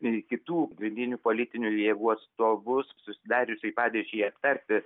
ir kitų vidinių politinių jėgų atstovus susidariusiai padėčiai aptarti